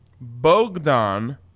Bogdan